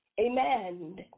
Amen